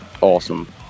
awesome